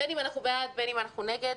בין אם אנחנו בעד ובין אם אנחנו נגד,